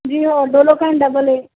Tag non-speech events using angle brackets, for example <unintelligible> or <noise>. جی ہاں <unintelligible>